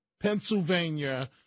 Pennsylvania